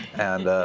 and,